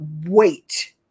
wait